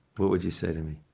what would you say to me?